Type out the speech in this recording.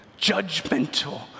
judgmental